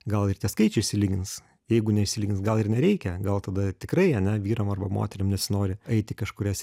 gal ir tie skaičiai išsilygins jeigu neišsilygins gal ir nereikia gal tada tikrai ar ne vyram arba moterim nesinori eiti į kažkurias